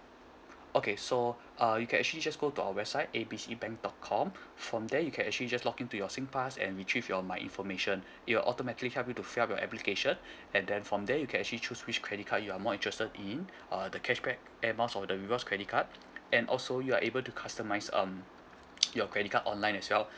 okay so uh you can actually just go to our website A B C bank dot com from there you can actually just log in to your singpass and retrieve your my information it will automatically help you to fill up your application and then from there you can actually choose which credit card you are more interested in uh the cashback air miles or the rewards credit card and also you are able to customise um your credit card online as well